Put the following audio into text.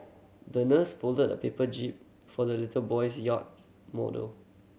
the nurse folded a paper jib for the little boy's yacht model